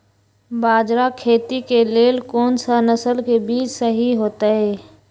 बाजरा खेती के लेल कोन सा नसल के बीज सही होतइ?